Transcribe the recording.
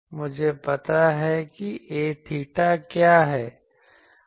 मुझे पता है कि A𝚹 क्या है